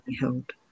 held